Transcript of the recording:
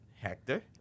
Hector